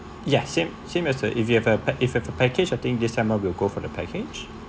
ya same same as you if you have a pack if you have a package I think december we'll go for the package